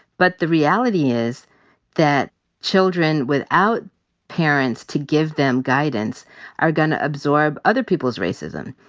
but the reality is that children without parents to give them guidance are gonna absorb other people's racism,